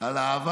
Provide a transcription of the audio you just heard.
על האהבה